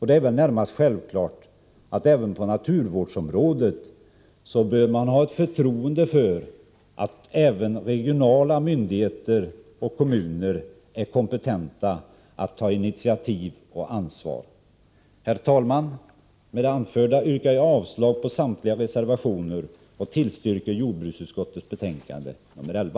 Det är väl närmast självklart att man även på naturvårdsområdet bör ha ett förtroende för att även regionala myndigheter och kommuner är kompetenta att ta initiativ i dessa frågor. Herr talman! Med det anförda yrkar jag avslag på samtliga reservationer och yrkar bifall till jordbruksutskottets hemställan i dess betänkande nr 11.